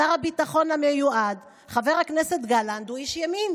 שר הביטחון המיועד חבר הכנסת גלנט הוא איש ימין,